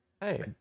Hey